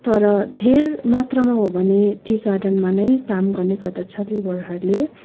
तर धेर मात्रामा हो भने टी गार्डनमा नै काम गर्ने गर्दछ लेबरहरूले